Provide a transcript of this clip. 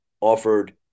offered